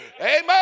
Amen